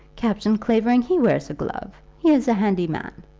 captain clavering, he wears a glove. he is a handy man.